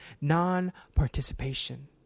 Non-participation